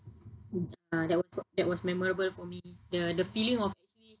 uh that was what that was memorable for me the feeling of